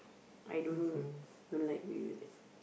I don't don't like to do that